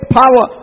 power